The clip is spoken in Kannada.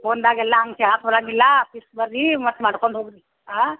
ಫೋನ್ದಾಗೆಲ್ಲ ಹಂಗೆ ಹೇಳಕ್ಕೆ ಬರೋಂಗಿಲ್ಲ ಆಫೀಸ್ಗೆ ಬನ್ರಿ ಮತ್ತೆ ಮಾಡ್ಕೊಂಡ್ ಹೋಗಿರಿ ಹಾಂ